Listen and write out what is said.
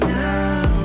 now